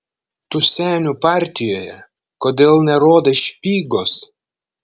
tu senių partijoje kodėl nerodai špygos